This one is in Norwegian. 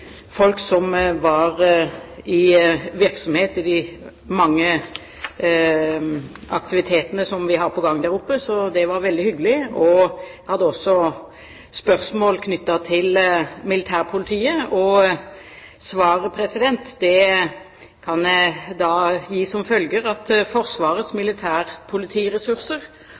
folk som var i virksomhet i de mange aktivitetene som vi har på gang der. Det var veldig hyggelig. Jeg hadde også spørsmål knyttet til militærpolitiet. Mitt svar er da som følger: Forsvarets militærpolitiressurser har som